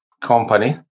company